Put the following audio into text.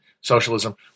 socialism